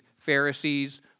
Pharisees